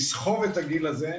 לסחוב את הגיל הזה,